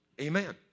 Amen